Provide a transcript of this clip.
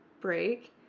break